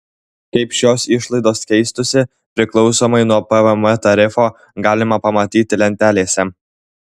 kaip šios išlaidos keistųsi priklausomai nuo pvm tarifo galima pamatyti lentelėse